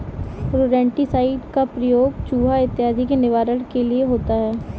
rodenticide का प्रयोग चुहा इत्यादि के निवारण के लिए होता है